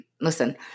Listen